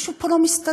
משהו פה לא מסתדר.